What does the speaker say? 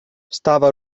stava